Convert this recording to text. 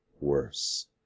worse